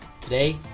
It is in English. today